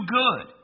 good